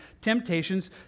temptations